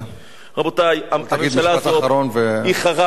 רבותי, הממשלה הזאת, תגיד משפט אחרון.